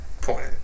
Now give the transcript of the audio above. point